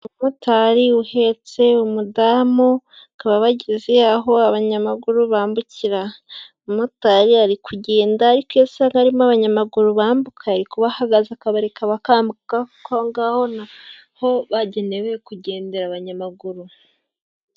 Umumotari uhetse umudamu, bakaba bageze aho abanyamaguru bambukira; umumotari ari kugenda ariko iyo asanga harimo abanyamaguru bambuka, yari kuba ahagaze akabareka bakambuka kuko aho ngaho ni aho bagenewe kugendera abanyamaguru.